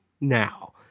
now